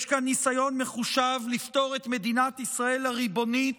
יש כאן ניסיון מחושב לפטור את מדינת ישראל הריבונית